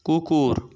কুকুর